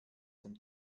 dem